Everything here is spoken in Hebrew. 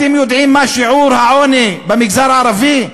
אתם יודעים מה שיעור העוני במגזר הערבי?